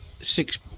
six